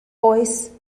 oes